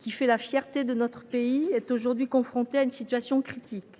qui fait la fierté de notre pays, est aujourd’hui confronté à une situation critique.